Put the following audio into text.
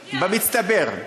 במצטבר.